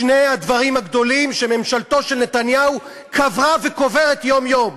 שני הדברים הגדולים שממשלתו של נתניהו קברה וקוברת יום-יום.